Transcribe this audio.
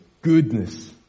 goodness